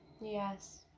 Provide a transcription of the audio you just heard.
Yes